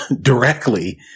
directly